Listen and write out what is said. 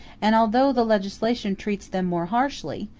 and although the legislation treats them more harshly,